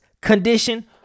condition